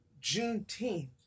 Juneteenth